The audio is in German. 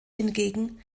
hingegen